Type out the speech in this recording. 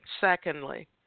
Secondly